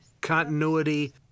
continuity